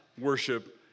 worship